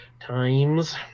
Times